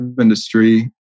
industry